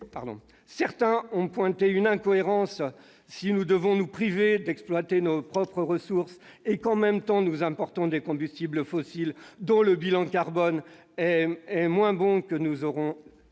Certains ont pointé une incohérence : si nous devons nous priver d'exploiter nos propres ressources et que, dans le même temps, nous importons des combustibles fossiles dont le bilan carbone est moins bon, nous aurons